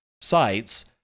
sites